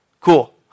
Cool